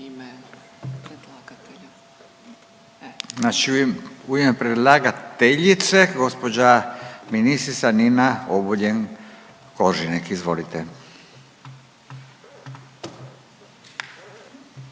u ime predlagateljice gospođa ministrica Nina Obuljen Koržinek. Izvolite.